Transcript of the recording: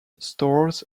stores